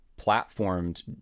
platformed